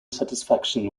satisfaction